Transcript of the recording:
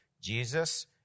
Jesus